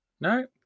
No